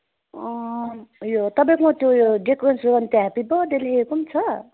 उयो तपाईँको त्यो यो डेकोरेसन गर्ने त्यो हेप्पी बर्थडे लेखेको पनि छ